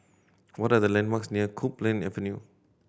what are the landmarks near Copeland Avenue